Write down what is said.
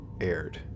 aired